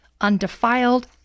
undefiled